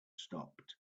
stopped